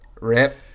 Rip